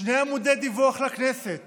שני עמודי דיווח לכנסת